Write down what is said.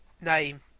name